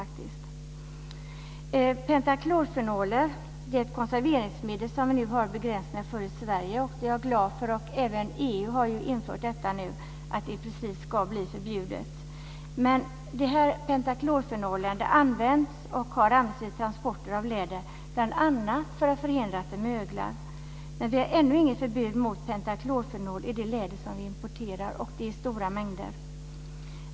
Pentaklorfenol är ett konserveringsmedel som vi nu har begränsningar för i Sverige. Det är jag glad för. Även EU har just infört att det ska bli förbjudet. Pentaklorfenol används och har använts vid transporter av läder bl.a. för att förhindra att det möglar. Men vi har ännu inget förbud mot pentaklorfenol i det läder som vi importerar, och det är stora mängder.